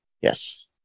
yes